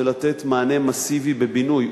זה לתת מענה מסיבי בבינוי.